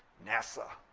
nasa.